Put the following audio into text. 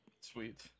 Sweet